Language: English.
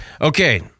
Okay